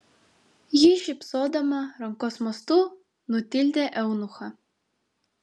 ji šypsodama rankos mostu nutildė eunuchą